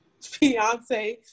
Beyonce